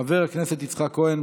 חבר הכנסת יצחק כהן.